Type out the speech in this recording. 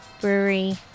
brewery